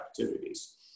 activities